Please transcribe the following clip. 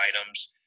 items